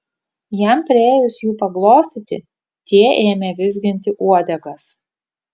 jam priėjus jų paglostyti tie ėmė vizginti uodegas